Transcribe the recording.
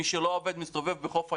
מי שלא עובד מסתובב בחוף הים.